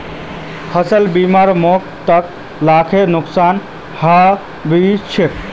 फसल बीमा मोक सात लाखेर नुकसान हबा स बचा ले